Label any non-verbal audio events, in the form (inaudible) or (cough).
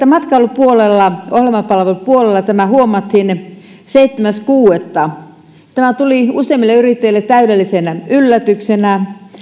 (unintelligible) matkailupuolella ohjelmapalvelupuolella tämä huomattiin seitsemäs kuudetta niin tämä tuli useimmille yrittäjille täydellisenä yllätyksenä